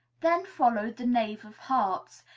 then followed the knave of hearts,